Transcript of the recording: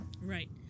Right